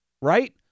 right